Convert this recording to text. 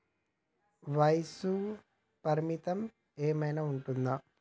వయస్సు పరిమితి ఏమైనా ఉంటుందా?